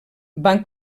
van